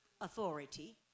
authority